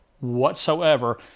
whatsoever